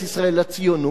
הלכו והתרופפו,